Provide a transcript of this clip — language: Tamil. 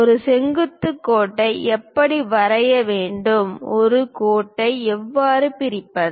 ஒரு செங்குத்து கோட்டை எப்படி வரைய வேண்டும் ஒரு கோட்டை எவ்வாறு பிரிப்பது